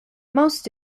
most